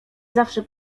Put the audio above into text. zawsze